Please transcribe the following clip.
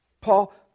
Paul